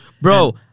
Bro